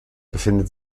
befindet